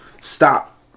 stop